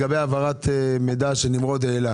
יש לכם תשובה לגבי הסוגייה של העברת מידע שנמרוד העלה?